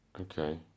Okay